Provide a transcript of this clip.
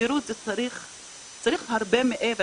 שירות צריך הרבה מעבר.